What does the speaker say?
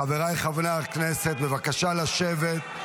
חבריי חברי הכנסת, בבקשה לשבת.